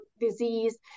disease